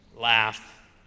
laugh